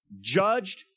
judged